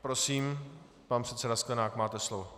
Prosím, pan předseda Sklenák, máte slovo.